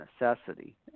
necessity